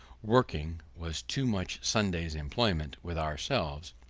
working was too much sunday's employment with ourselves